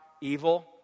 evil